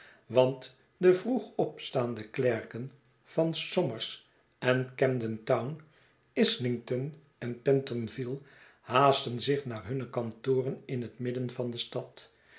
want de vroeg opstaande klerken van somers en camden town islington en pentonville haasten zich naar hunne kantoren in het midden van de stad